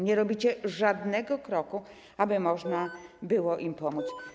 Nie robicie żadnego kroku, aby można było im pomóc.